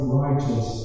righteous